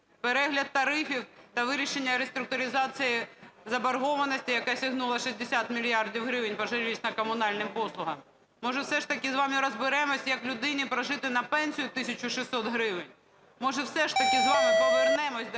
перегляд тарифів та вирішення реструктуризації заборгованості, яка сягнула 60 мільярдів гривень по жилищно-коммунальным послугам? Може все ж таки з вами розберемося, як людині прожити на пенсію тисячу 600 гривень? Може все ж таки з вами повернемося до